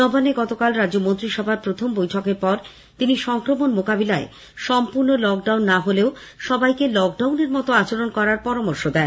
নবান্নে গতকাল রাজ্য মন্ত্রিসভার প্রথম বৈঠকের পর তিনি সংক্রমণ মোকাবিলায় সম্পূর্ণ লকডাউন না হলেও সবাইকে লকডাউনের মত আচরণ করার পরামর্শ দেন